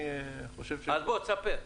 אז בוא, תספר.